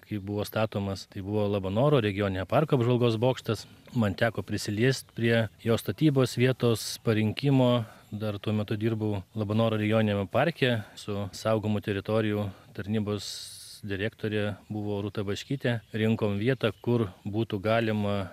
kai buvo statomas tai buvo labanoro regioninio parko apžvalgos bokštas man teko prisiliest prie jo statybos vietos parinkimo dar tuo metu dirbau labanoro regioniniame parke su saugomų teritorijų tarnybos direktorė buvo rūta baškytė rinkom vietą kur būtų galima